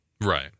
right